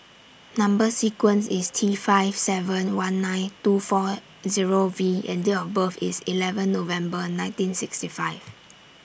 Number sequence IS T five seven one nine two four Zero V and Date of birth IS eleven November nineteen sixty five